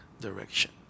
direction